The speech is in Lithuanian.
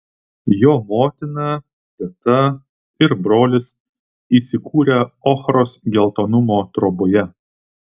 jo motina teta ir brolis įsikūrę ochros geltonumo troboje